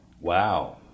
Wow